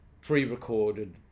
pre-recorded